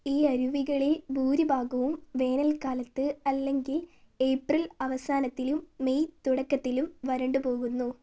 ഈ അരുവികളിൽ ഭൂരിഭാഗവും വേനൽക്കാലത്ത് അല്ലെങ്കിൽ ഏപ്രിൽ അവസാനത്തിലും മെയ് തുടക്കത്തിലും വരണ്ടുപോകുന്നു